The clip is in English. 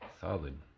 Solid